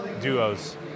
duos